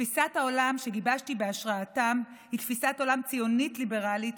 תפיסת העולם שגיבשתי בהשראתן היא תפיסת עולם ציונית ליברלית,